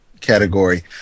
category